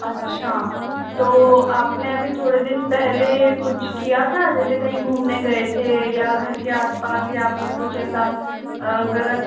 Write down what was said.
अच्छा तो आपने अभी थोड़े दिन पहले कुछ किया था जैसे कहीं घूमने गए थे या घर के आस पास या आपने कुछ ऐसा गलत